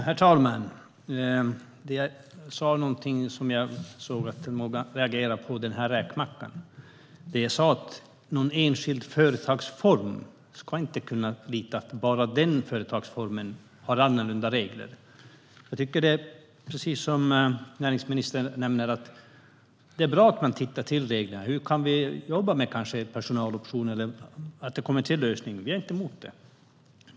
Herr talman! Jag sa någonting som jag såg att många regerade på. Det var det här om räkmackan. Det jag sa var att ingen enskild företagsform ska kunna lita på att bara den företagsformen har annorlunda regler. Jag tycker att det är bra att man gör det som näringsministern nämner - att man tittar på reglerna. Hur kan vi jobba med till exempel personaloptioner så att det kommer till lösningar? Vi är inte emot det.